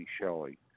Shelley